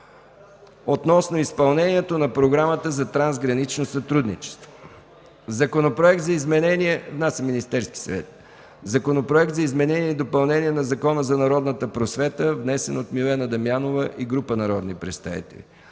относно изпълнението на Програмата за трансгранично сътрудничество България – Румъния 2007-2013 г. Вносител – Министерският съвет. Законопроект за изменение и допълнение на Закона за народната просвета. Вносители – Милена Дамянова и група народни представители.